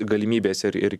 galimybės ir ir